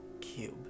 cube